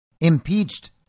impeached